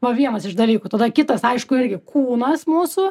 va vienas iš dalykų tada kitas aišku irgi kūnas mūsų